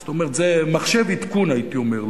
זאת אומרת, זה מחשב עדכון, הייתי אומר.